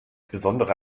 besondere